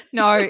no